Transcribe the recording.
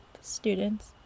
students